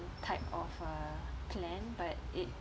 type of uh plan but it